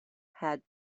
had